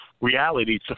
reality